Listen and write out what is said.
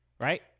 Right